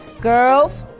girls,